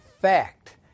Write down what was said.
fact